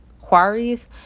quarries